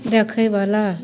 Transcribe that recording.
देखयवला